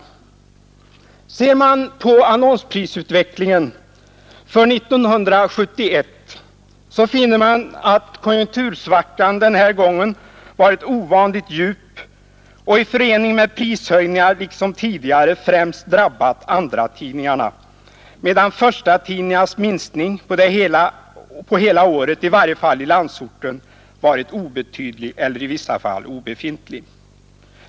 Ser man på annonsprisutvecklingen för 1971, finner man att konjunktursvackan den här gången varit ovanligt djup och i förening med prishöjningar liksom tidigare främst drabbat andratidningarna, medan förstatidningarnas minskning på hela året, i varje fall i landsorten, varit obetydlig eller i vissa fall obefintlig.